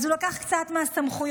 אז הוא לקח קצת מהסמכויות,